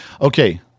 Okay